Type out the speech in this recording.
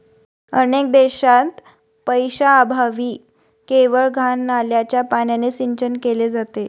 अनेक देशांत पैशाअभावी केवळ घाण नाल्याच्या पाण्याने सिंचन केले जाते